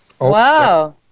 Wow